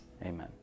Amen